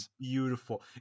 beautiful